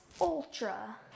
Ultra